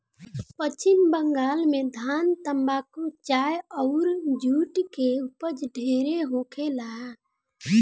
पश्चिम बंगाल में धान, तम्बाकू, चाय अउर जुट के ऊपज ढेरे होखेला